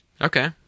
Okay